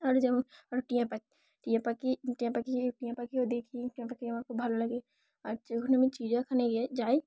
আর যেমন আর টিয়া পাখি টিয়া পাখি টিয়া পাখি টিয়া পাখিও দেখি টিঁয়া পাখি আমার খুব ভালো লাগে আর যেখানে আমি চিড়িয়াখানায় গিয়ে যাই